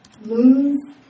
lose